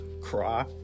cry